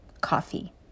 coffee